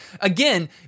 Again